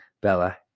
bella